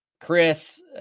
Chris